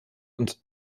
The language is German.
und